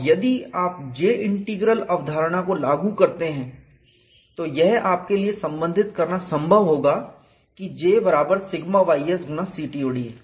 और यदि आप J इंटीग्रल अवधारणा को लागू करते हैं तो यह आपके लिए संबंधित करना संभव होगा की J बराबर σ ys गुणा CTOD है